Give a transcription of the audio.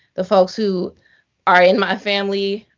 the folks who are in my family,